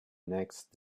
next